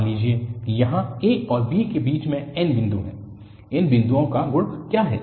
मान लीजिए कि यहाँ a और b के बीच n बिंदु हैं इन बिंदुओं का गुण क्या है